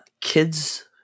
kids